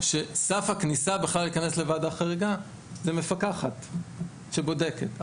שסף הכניסה להיכנס לוועדה חריגה היא מפקחת שבודקת.